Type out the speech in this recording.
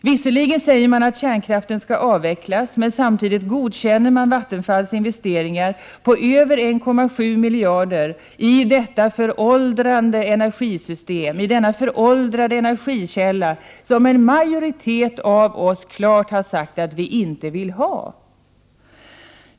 Visserligen säger man att kärnkraften skall avvecklas, men samtidigt godkänner man Vattenfalls investeringar på över 1,7 miljarder i denna föråldrade energikälla, som en majoritet av oss klart har sagt att vi inte vill ha.